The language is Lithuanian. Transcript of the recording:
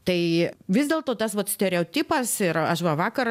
tai vis dėlto tas vat stereotipas yra aš va vakar